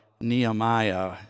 Nehemiah